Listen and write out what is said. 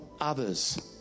others